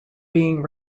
being